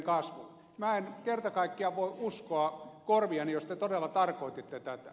minä en kerta kaikkiaan voi uskoa korviani jos te todella tarkoititte tätä